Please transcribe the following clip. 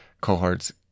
cohorts